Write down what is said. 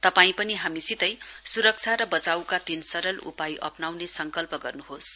तपाईं पनि हामीसितै स्रक्षा र बचाईका तीन सरल उपाय अप्नाउने संकल्प गर्न्होस